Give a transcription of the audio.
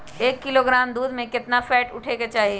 एक किलोग्राम दूध में केतना फैट उठे के चाही?